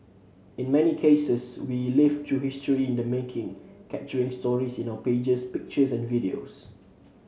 in many cases we live through history in the making capturing stories in our pages pictures and videos